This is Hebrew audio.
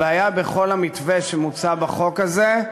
הבעיה בכל המתווה שמוצע בחוק הזה,